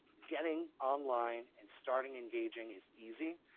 getting on line and starting engaging is easy.